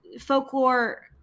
folklore